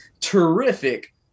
terrific